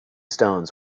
stones